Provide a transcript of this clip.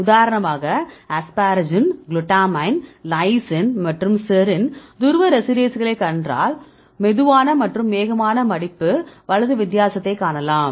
உதாரணமாக asparagine glutamine lysine மற்றும் serine துருவ ரெசிடியூஸ்களைக் கண்டால் மெதுவான மற்றும் வேகமான மடிப்பு வலது வித்தியாசத்தை காணலாம்